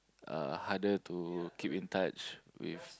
uh harder to keep in touch with